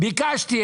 ביקשתי.